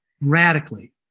radically